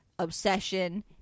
obsession